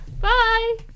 Bye